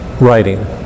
writing